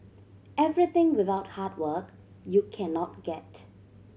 everything without hard work you cannot get